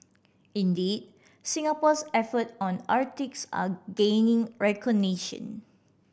indeed Singapore's efforts on the Arctic are gaining recognition